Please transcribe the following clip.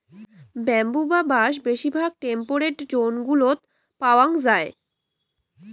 bamboo বা বাঁশ বেশিরভাগ টেম্পেরেট জোন গুলোত পাওয়াঙ যাই